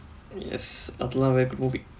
yes அதலா வேட்டு:athalaa vaettu movie